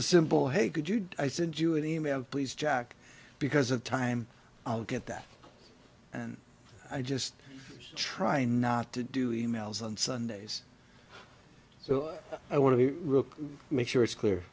a simple hey could you do i send you an e mail please jack because of time i'll get that and i just try not to do e mails on sundays so i want to be rock make sure it's clear